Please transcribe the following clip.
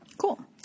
Cool